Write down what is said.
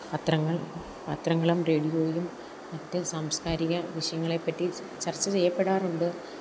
പത്രങ്ങള് പത്രങ്ങളും റേഡിയോയിലും മറ്റു സാംസ്കാരിക വിഷയങ്ങളെപ്പറ്റി ചര്ച്ച ചെയ്യപ്പെടാറുണ്ട്